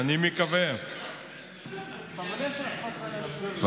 אני קורא אותך לסדר פעם ראשונה,